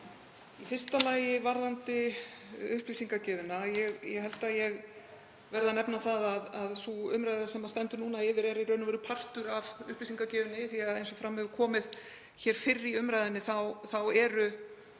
Í fyrsta lagi varðandi upplýsingagjöfina þá held ég að ég verði að nefna það að sú umræða sem stendur núna yfir er í raun og veru partur af upplýsingagjöfinni því eins og fram hefur komið hér fyrr í umræðunni þá